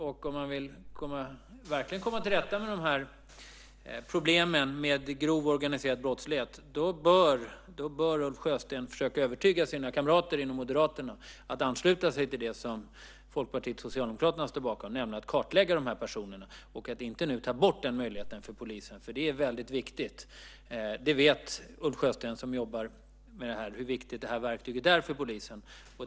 Om man verkligen vill komma till rätta med problemen med grov organiserad brottslighet bör Ulf Sjösten försöka övertyga sina kamrater inom Moderaterna att ansluta sig till det som Folkpartiet och Socialdemokraterna står bakom, nämligen att inte ta bort möjligheten för polisen att kartlägga personer. Det är viktigt. Ulf Sjösten vet hur viktigt det här verktyget är för polisen.